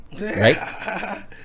Right